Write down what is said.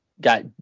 got